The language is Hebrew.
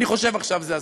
אני חושב שעכשיו זה הזמן.